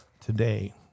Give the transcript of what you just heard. today